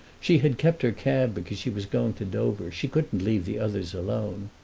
she had kept her cab because she was going to dover she couldn't leave the others alone.